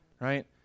right